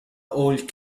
old